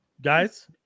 guys